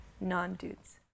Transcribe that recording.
non-dudes